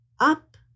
up